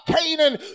Canaan